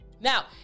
Now